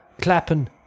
Clapping